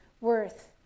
worth